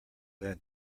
than